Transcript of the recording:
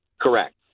Correct